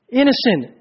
innocent